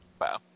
wow